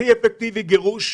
הכי אפקטיבי זה גירוש,